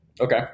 Okay